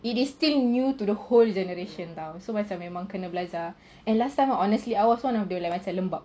it is still new to the whole generation [tau] so macam memang kena belajar and last time I honestly I was one of the macam lembab